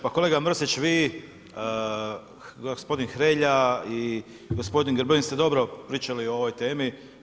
Pa kolega Mrsić, Vi, gospodin Hrelja i gospodin Grbin ste dobro pričali o ovoj temi.